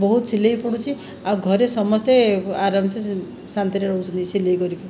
ବହୁତ ସିଲେଇ ପଡ଼ୁଛି ଆଉ ଘରେ ସମସ୍ତେ ଆରାମ ସେ ଶାନ୍ତିରେ ରହୁଛନ୍ତି ସିଲେଇ କରିକି